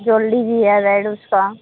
gold भी है red उसका